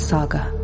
Saga